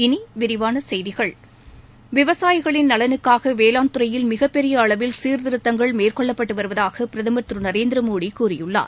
இனி விரிவான செய்திகள் விவசாயிகளின் நலனுக்காக வேளாண் துறையில் மிகப்பெரிய அளவில் சீர்திருத்தங்கள் மேற்கொள்ளப்பட்டு வருவதாக பிரதமர் திரு நரேந்திரமோடி கூறியுள்ளார்